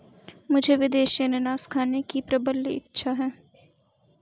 मुझे विदेशी अनन्नास खाने की प्रबल इच्छा है